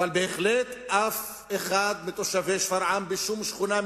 אבל בהחלט אף אחד מתושבי שפרעם בשום שכונה,